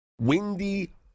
windy